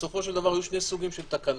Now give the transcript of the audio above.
בסופו של דבר היו שני סוגים של תקנות,